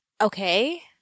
Okay